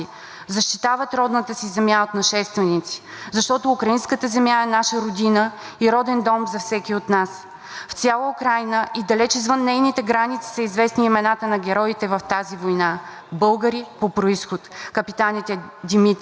В цяла Украйна и далеч извън нейните граници са известни имената на героите в тази война, българи по произход, капитаните Димитър Бурлаков, награден с Указ на Президента на Украйна Володимир Зеленски с орден „Богдан Хмелницки“